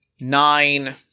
Nine